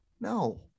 No